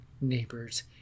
neighbors